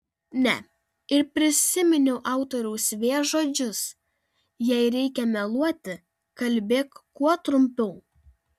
ne ir prisiminiau autoriaus v žodžius jei reikia meluoti kalbėk kuo trumpiau